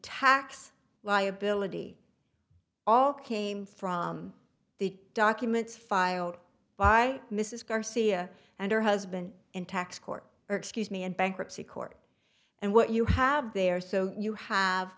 tax liability all came from the documents filed by mrs garcia and her husband in tax court or excuse me in bankruptcy court and what you have there so you have